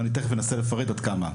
ואני תיכף אנסה לפרט עד כמה.